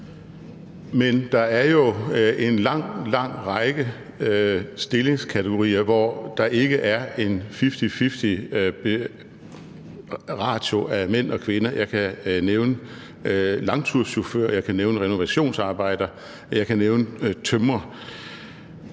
Men der er jo en lang, lang række stillingskategorier, hvor der ikke er en fifty-fifty-ratio af mænd og kvinder. Jeg kan nævne langturschauffør, jeg kan nævne renovationsarbejder, jeg